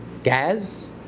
gas